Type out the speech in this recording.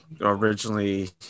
originally